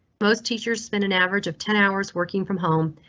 most teachers spend an average of ten hours working from home.